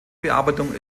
bearbeitung